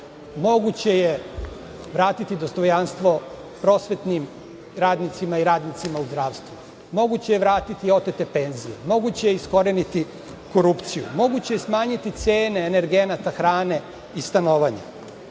Moguće je vratiti dostojanstvo prosvetnim radnicima i radnicima u zdravstvu. Moguće je vratiti i otete penzije, moguće je iskoreniti korupciju, moguće je smanjiti cene energenata, hrane i stanovanja